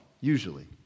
usually